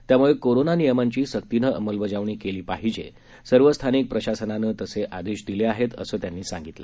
त्यामुळे कोरोना नियमांची सक्तीनं अंमलबजावणी केली पाहिजे सर्व स्थानिक प्रशासनानं तसे आदेश दिले आहेत असं त्यांनी सांगितलं